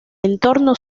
entorno